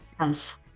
Yes